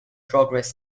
progress